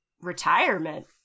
retirement